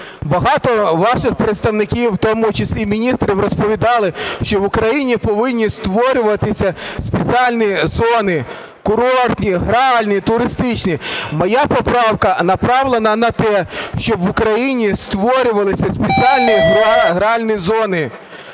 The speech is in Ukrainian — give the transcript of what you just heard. Багато ваших представників, в тому числі й міністри, розповідали, що в Україні повинні створюватися спеціальні зони – курортні, гральні, туристичні. Моя поправка направлена на те, щоб в Україні створювалися спеціальні гральні зони.